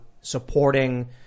supporting